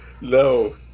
no